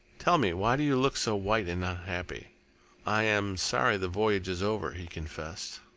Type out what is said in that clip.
tell me, why do you look so white and unhappy? i am sorry the voyage is over, he confessed.